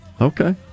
Okay